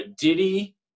Diddy